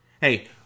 Hey